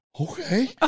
Okay